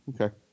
okay